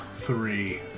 three